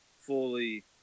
fully